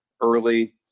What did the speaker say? early